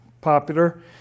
popular